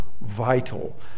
vital